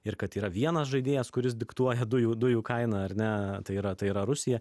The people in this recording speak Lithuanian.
ir kad yra vienas žaidėjas kuris diktuoja dujų dujų kainą ar ne tai yra tai yra rusija